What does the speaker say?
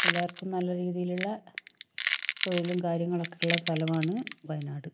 എല്ലാവർക്കും നല്ല രീതിയിലുള്ള തൊഴിലും കാര്യങ്ങളൊക്കെയുള്ള സ്ഥലമാണ് വയനാട്